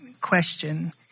question